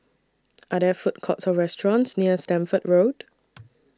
Are There Food Courts Or restaurants near Stamford Road